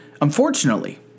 Unfortunately